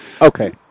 Okay